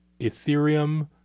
Ethereum